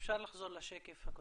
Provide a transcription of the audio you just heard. אפשר לחזור לשקף הקודם?